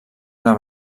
una